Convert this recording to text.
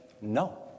no